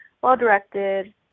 well-directed